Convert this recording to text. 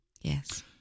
Yes